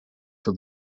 for